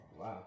Wow